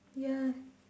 ya